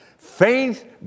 Faith